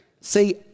See